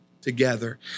together